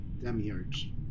demiurge